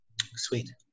Sweet